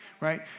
Right